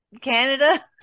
canada